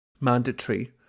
mandatory